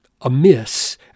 amiss